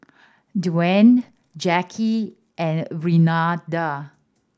Dewayne Jacky and Renada